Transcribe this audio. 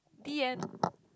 the end